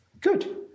Good